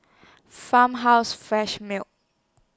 Farmhouse Fresh Milk